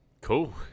cool